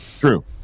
true